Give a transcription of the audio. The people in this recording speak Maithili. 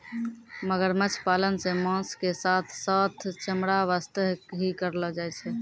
मगरमच्छ पालन सॅ मांस के साथॅ साथॅ चमड़ा वास्तॅ ही करलो जाय छै